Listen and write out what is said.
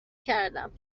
کردم